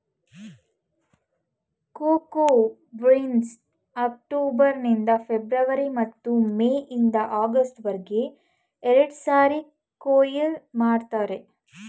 cocoa ಬೀನ್ಸ್ನ October ನಿಂದ February ಮತ್ತು ಮೇ ಇಂದ ಆಗಸ್ಟ್ ವರ್ಗೆ ಎರಡ್ಸಾರಿ ಕೊಯ್ಲು ಮಾಡ್ತರೆ